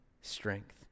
strength